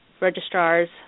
registrars